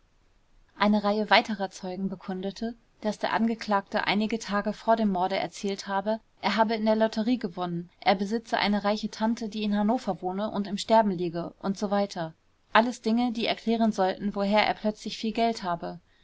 eine reihe weiterer zeugen bekundete daß der angeklagte einige tage vor dem morde erzählt habe er habe in der lotterie gewonnen er besitze eine reiche tante die in hannover wohne und im sterben liege usw alles dinge die erklären sollten woher er plötzlich viel geld habe